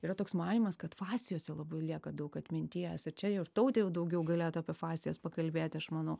yra toks manymas kad fascijose labai lieka daug atminties ir čia ir tautė jau daugiau galėtų apie fascijas pakalbėti aš manau